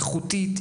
איכותית,